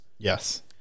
Yes